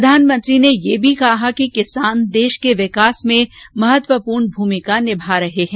प्रधानमंत्री ने यह भी कहा कि किसान देश के विकास मेंमहत्वपूर्ण भूमिका निमा रहे हैं